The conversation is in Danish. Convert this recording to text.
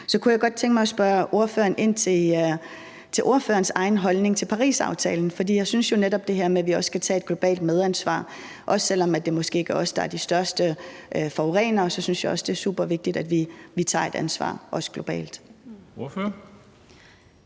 Så kunne jeg godt tænke mig at spørge ind til ordførerens egen holdning til Parisaftalen, for jeg synes jo netop, at det her med, at vi også skal tage et globalt medansvar, også selv om det måske ikke er os, der er de største forurenere, er super vigtigt. Kl. 11:12 Formanden (Henrik Dam